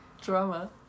drama